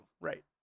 right